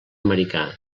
americà